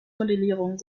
modellierung